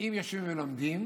אם יושבים ולומדים,